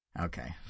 Okay